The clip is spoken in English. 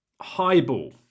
highball